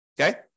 Okay